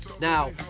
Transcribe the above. Now